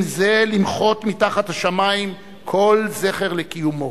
זה למחות מתחת השמים כל זכר לקיומו.